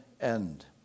end